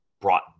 brought